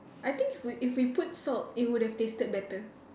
I think we if we put salt it would have tasted better